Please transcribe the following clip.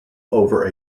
over